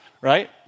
right